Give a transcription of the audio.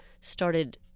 started